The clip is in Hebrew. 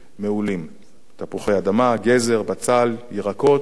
תפוחי אדמה, גזר, בצל וירקות נוספים.